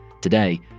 Today